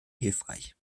hilfreich